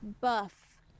buff